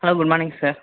hello good morning sir